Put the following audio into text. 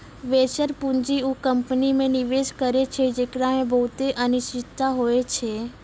venture पूंजी उ company मे निवेश करै छै जेकरा मे बहुते अनिश्चिता होय छै